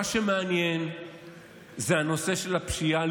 מה שמעניין זה הנושא של הפשיעה,